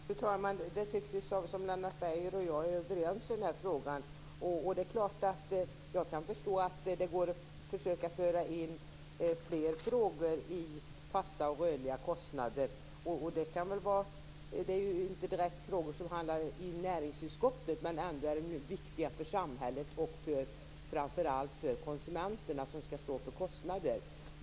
Fru talman! Det tycks som att Lennart Beijer och jag är överens i frågan. Jag kan förstå att det går att försöka föra in fler frågor i detta med fasta och rörliga kostnader. Det är ju inte direkt frågor som hamnar i näringsutskottet, men de är ändå viktiga för samhället och framför allt för konsumenterna, som skall stå för kostnaderna.